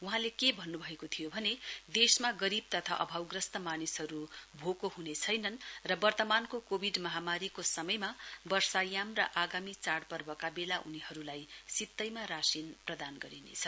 वहाँले के भन्नभएको थियो भने देशमा गरीब तथा अभावग्रस्त मानिसहरु भाको हुने छैनन् र वर्त्तमानको कोविड महामारीको समयमा वर्षायाम र आगामी चाइपर्वका बेला उनीहरुलाई सित्तैमा राशिन प्रदान गरिनेछ